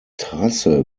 trasse